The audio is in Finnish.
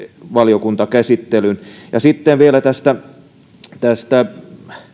valiokuntakäsittelyn ja sitten vielä tästä